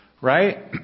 Right